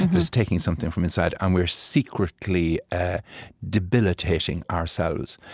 it's taking something from inside, and we're secretly ah debilitating ourselves.